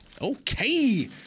Okay